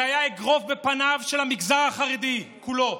זה היה אגרוף בפניו של המגזר החרדי כולו.